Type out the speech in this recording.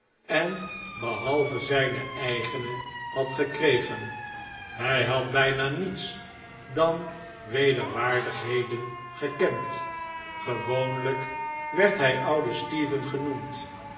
en behalve zijne eigene had gekregen hij had bijna niets dan stephen en rachel wederwaardigheden gekend gewoonlijk werd hij oude stephen genoemd